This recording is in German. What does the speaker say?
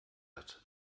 hat